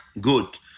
good